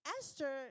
Esther